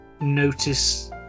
notice